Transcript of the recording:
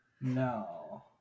No